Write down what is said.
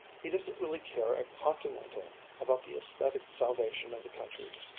he doesn't really care a continental about the aesthetic salvation of the country.